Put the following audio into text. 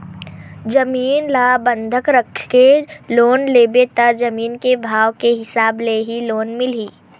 जमीन ल बंधक राखके लोन लेबे त जमीन के भाव के हिसाब ले ही लोन मिलही